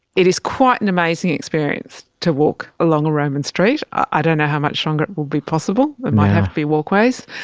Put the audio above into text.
it is quite an amazing experience to walk along a roman street. i don't know how much longer it will be possible, it might have to be walkways.